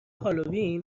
هالوین